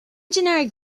generic